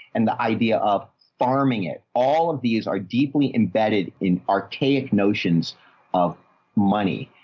and the idea of farming it, all of these are deeply embedded in archaic notions of money.